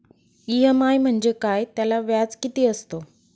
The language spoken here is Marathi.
इ.एम.आय म्हणजे काय? त्याला व्याज किती असतो?